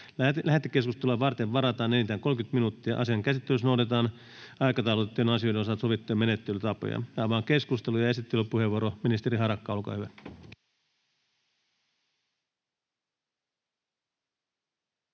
Lähetekeskustelua varten varataan enintään 30 minuuttia. Asian käsittelyssä noudatetaan aikataulutettujen asioiden osalta sovittuja menettelytapoja. — Avaan keskustelun. Esittelypuheenvuoro, ministeri Harakka, olkaa hyvä.